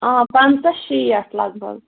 آ پَنٛژاہ شیٹھ لگ بگ